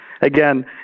Again